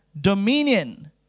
dominion